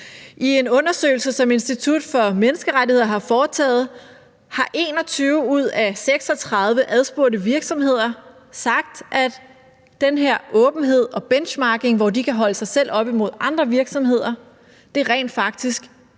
I en undersøgelse, som Institut for Menneskerettigheder har foretaget, har 21 ud af 36 adspurgte virksomheder sagt, at den her åbenhed og benchmarking, hvor de kan holde sig selv op imod andre virksomheder, rent faktisk